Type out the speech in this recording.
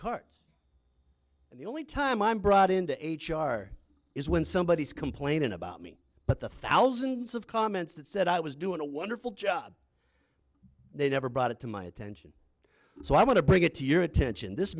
cards and the only time i brought into h r is when somebody is complaining about me but the thousands of comments that said i was doing a wonderful job they never brought it to my attention so i want to bring it to your attention this